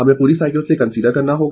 हमें पूरी साइकिल से कंसीडर करना होगा